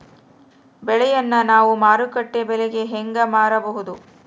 ಬೆಳೆಯನ್ನ ನಾವು ಮಾರುಕಟ್ಟೆ ಬೆಲೆಗೆ ಹೆಂಗೆ ಮಾರಬಹುದು?